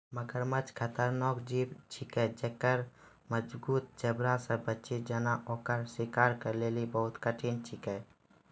मगरमच्छ खतरनाक जीव छिकै जेक्कर मजगूत जबड़ा से बची जेनाय ओकर शिकार के लेली बहुत कठिन छिकै